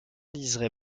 liseré